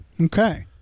okay